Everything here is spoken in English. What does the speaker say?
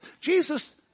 Jesus